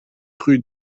rue